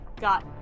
got